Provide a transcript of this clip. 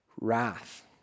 wrath